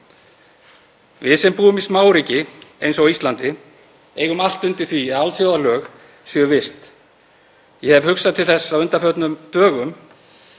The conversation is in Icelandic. Við sem búum í smáríki eins og Íslandi eigum allt undir því að alþjóðalög séu virt. Ég hef hugsað til þess á undanförnum dögum